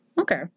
Okay